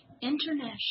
International